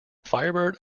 firebird